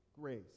grace